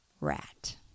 rat